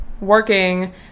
working